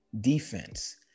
defense